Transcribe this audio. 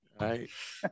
Right